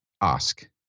ask